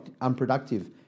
unproductive